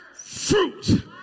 fruit